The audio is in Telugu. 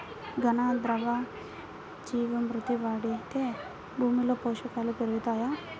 ఘన, ద్రవ జీవా మృతి వాడితే భూమిలో పోషకాలు పెరుగుతాయా?